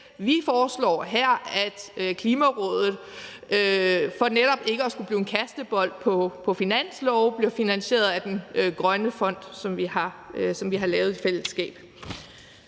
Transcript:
Vi foreslår her, at Klimarådet for netop ikke at skulle blive kastebold på finansloven skal finansieres af den grønne fond, som vi har lavet i fællesskab.